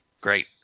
Great